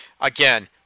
Again